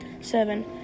Seven